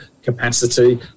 capacity